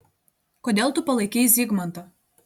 kodėl tu palaikei zygmantą